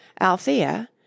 Althea